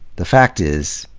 the fact is,